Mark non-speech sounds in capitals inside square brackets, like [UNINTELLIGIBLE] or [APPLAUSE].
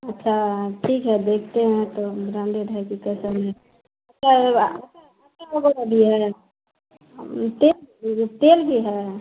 अच्छा ठीक है देखते हैं तो ब्राण्डेड है कि कैसा है [UNINTELLIGIBLE] अच्छा अच्छा वाला भी है तेल तेल भी है